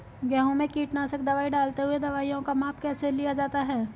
गेहूँ में कीटनाशक दवाई डालते हुऐ दवाईयों का माप कैसे लिया जाता है?